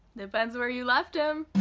depends where you left em!